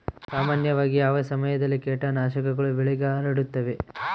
ಸಾಮಾನ್ಯವಾಗಿ ಯಾವ ಸಮಯದಲ್ಲಿ ಕೇಟನಾಶಕಗಳು ಬೆಳೆಗೆ ಹರಡುತ್ತವೆ?